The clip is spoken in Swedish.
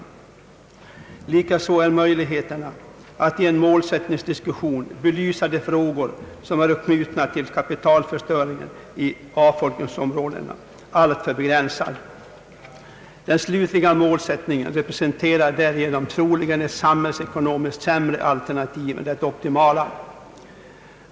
Likaså är möjligheterna att i en målsättningsdiskussion belysa de frågor, som är knutna till kapitalförstöringen i avfolkningsområden alltför begränsade. Den slutliga målsättningen representerar därigenom troligen ett samhällsekonomiskt sämre alternativ än det optimala.